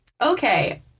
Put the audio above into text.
okay